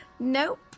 Nope